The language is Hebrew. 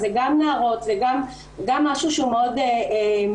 אז זה גם נערות וגם משהו שהוא מאוד מגזרי